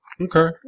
Okay